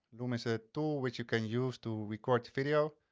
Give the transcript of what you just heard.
loom is a tool which you can use to record the video.